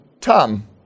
tom